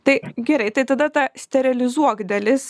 tai gerai tai tada ta sterilizuok dalis